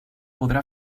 podrà